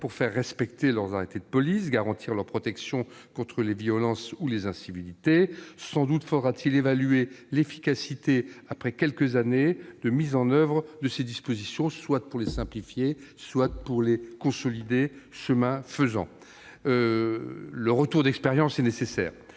pour faire respecter leurs arrêtés de police et pour garantir leur protection contre les violences ou les incivilités. Sans doute faudra-t-il en évaluer l'efficacité après quelques années de mise en oeuvre, soit pour les simplifier, soit pour les renforcer. Le retour d'expérience est nécessaire.